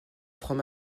franc